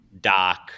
Doc